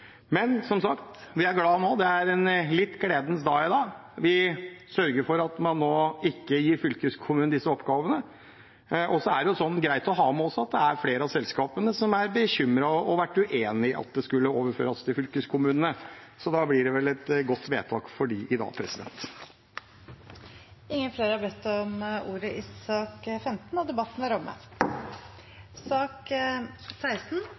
Som sagt er vi glade nå, det er en gledens dag i dag. Vi sørger for at man nå ikke gir fylkeskommunene disse oppgavene. Og så er det greit å ha med at det er flere av selskapene som er bekymret og har vært uenig i at det skulle overføres til fylkeskommunene. Da blir det vel et godt vedtak for dem i dag. Flere har ikke bedt om ordet til sak nr. 15. Etter ønske fra transport- og kommunikasjonskomiteen vil presidenten ordne debatten